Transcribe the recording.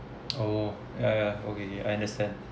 oh ya ya okay I understand